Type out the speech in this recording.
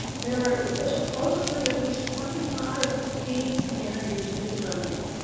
there are ah supposedly at least twenty five beguine communities in germany.